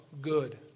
good